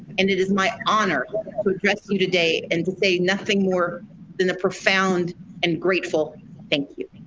and it is my honor to address you today and to say nothing more than a profound and grateful thank you.